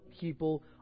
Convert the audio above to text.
people